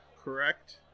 correct